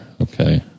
Okay